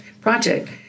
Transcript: project